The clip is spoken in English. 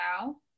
now